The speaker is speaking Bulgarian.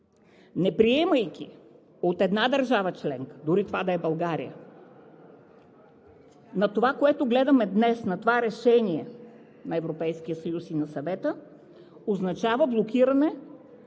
Неприемайки от една държава членка, дори това да е България, на това, което гледаме днес – на това решение на Европейския съюз и на Съвета, означава блокиране